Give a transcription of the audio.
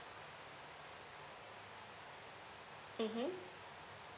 mmhmm